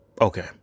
okay